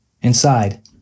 Inside